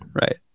Right